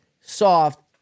soft